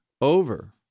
over